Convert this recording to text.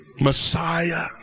Messiah